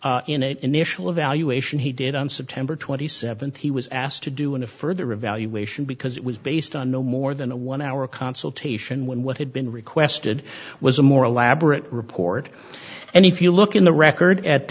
said in an initial evaluation he did on september twenty seventh he was asked to do in a further evaluation because it was based on no more than a one hour consultation when what had been requested was a more elaborate report and if you look in the record at